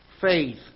faith